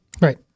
Right